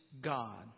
God